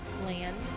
land